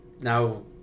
now